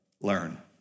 learn